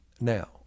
Now